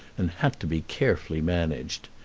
and had to be carefully managed.